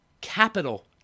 capital